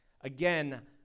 Again